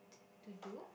to do